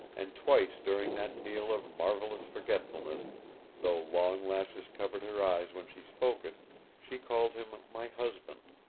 and twice during that meal of marvelous forgetfulness though long lashes covered her eyes when she spoke it she called him my husband